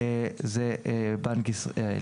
הוא בנק ישראל.